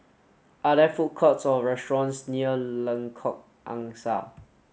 are there food courts or restaurants near Lengkok Angsa